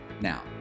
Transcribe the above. Now